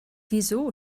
wieso